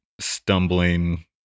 stumbling